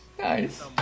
Nice